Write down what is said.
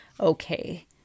okay